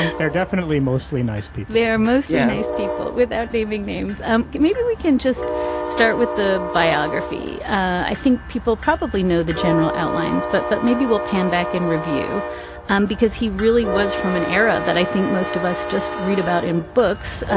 they're definitely mostly nice people they mostly nice people. without naming names um maybe we can just start with the biography. i think people probably know the general outlines but but maybe we'll pan back and review and review because he really was from an era that i think most of us just read about in books.